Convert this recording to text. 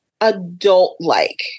adult-like